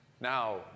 Now